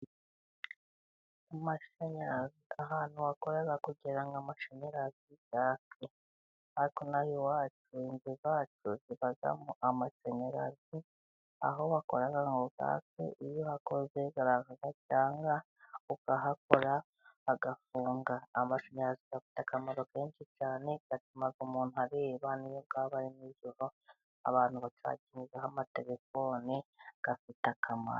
Amashanyarazi, ahantu bakora kugira ngo amashanyarazi yake. Natwe ino aha iwacu inzu zacu zibamo amashanyarazi. Aho bakora ngo yake, iyo uhakoze araka cyangwa ukahakora agafunga. Amashanyarazi afite akamaro kenshi cyane, atuma umuntu areba niyo haba ari nijoro. Abantu bacagingaho amaterefone, afite akamaro.